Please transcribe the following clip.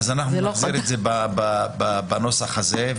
אז אנחנו נחזיר את זה בנוסח הזה,